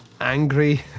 angry